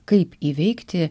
kaip įveikti